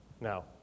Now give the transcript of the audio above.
now